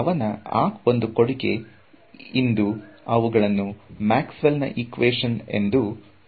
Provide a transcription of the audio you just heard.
ಅವನ ಆ ಒಂದು ಕೊಡುಗೆ ಇಂದಾಗಿ ಇಂದು ಅವುಗಳನ್ನು ಮ್ಯಾಕ್ಸ್ ವೆಲ್ ನಾ ಈಕ್ವೇಶನ್Maxwell's Equations ಗಳು ಎಂದು ಕರೆಯಲಾಗುತ್ತಿದೆ